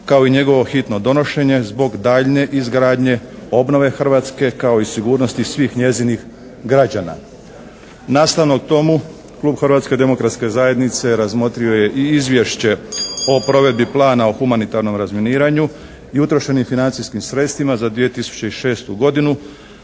kao i njegovo hitno donošenje zbog daljnje izgradnje obnove Hrvatske kao i sigurnosti svih njezinih građana. Nastavno tomu klub Hrvatske demokratske zajednice razmotrio je i Izvješće o provedbi plana o humanitarnom razminiranju i utrošenim financijskim sredstvima za 2006. godinu,